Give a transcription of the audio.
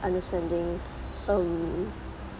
understanding um